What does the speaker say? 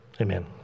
Amen